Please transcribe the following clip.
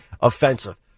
offensive